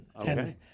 Okay